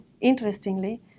Interestingly